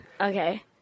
Okay